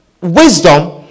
wisdom